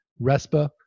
RESPA